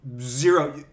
zero